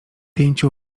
pięciu